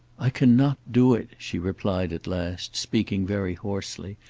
i cannot do it, she replied at last, speaking very hoarsely,